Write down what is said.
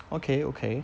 okay okay